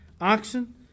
oxen